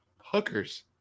Hookers